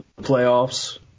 playoffs